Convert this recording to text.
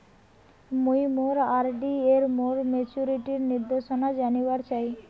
মুই মোর R D মোর মেচুরিটির নির্দেশনা জানিবার চাই